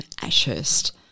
Ashurst